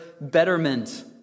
betterment